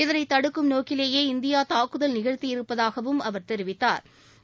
இதனை தடுக்கும் நோக்கிலேயே இந்தியா தாக்குதல் நிகழ்த்தியிருப்பதாகவும் அவா் தெரிவித்தாா்